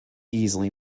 easily